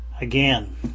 again